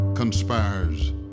Conspires